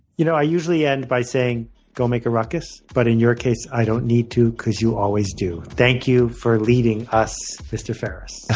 you know i usually end by saying go make a ruckus, but in your case i don't need to because you always do. thank you for leading us, mr. ferriss.